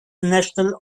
national